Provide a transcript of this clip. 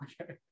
okay